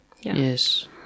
Yes